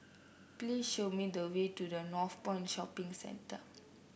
please show me the way to the Northpoint Shopping Centre